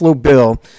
Bill